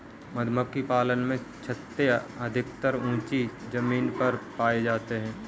मधुमक्खी पालन में छत्ते अधिकतर ऊँची जमीन पर पाए जाते हैं